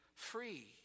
free